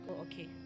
okay